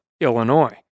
Illinois